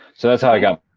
so that's i got